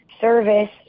service